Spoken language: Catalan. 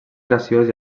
graciós